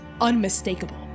unmistakable